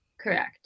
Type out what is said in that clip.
Correct